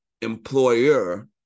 employer